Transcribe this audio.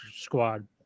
squad